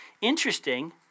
Interesting